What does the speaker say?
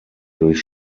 durch